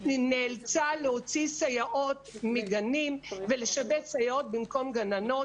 נאלצה להוציא סייעות מגנים ולשבץ סייעות במקום גננות,